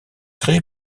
créé